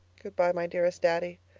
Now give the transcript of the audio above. goodbye, my dearest daddy.